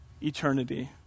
eternity